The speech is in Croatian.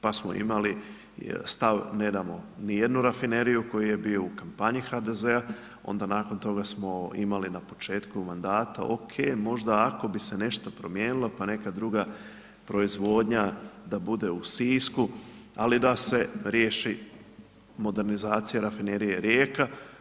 Pa samo imali, stav ne damo ni jednu rafineriju koji je bio u kampanji HDZ-a, onda nakon toga smo imali na početku mandata, ok, možda ako bi se nešto promijenilo, pa neka druga proizvodnja, da bude u Sisku, ali da se riješi modernizacija rafinerije Rijeka.